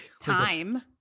time